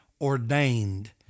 ordained